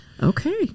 Okay